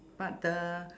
but the